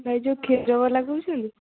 ଭାଇ ଯେଉଁ କ୍ଷୀର ବାଲା କହୁଛନ୍ତି